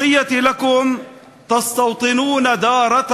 (אומר דברים